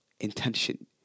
Intention